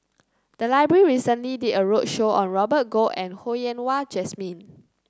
the library recently did a roadshow on Robert Goh and Ho Yen Wah Jesmine